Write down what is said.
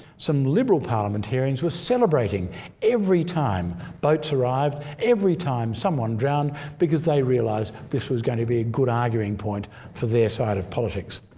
some liberal parliamentarians were celebrating every time boats arrived, every time someone drowned because they realised this was going to be a good arguing point for their side of politics.